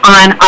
on